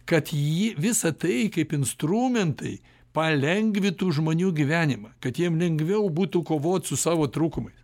kad jį visą tai kaip instrumentai palengvytų žmonių gyvenimą kad jiem lengviau būtų kovot su savo trūkumais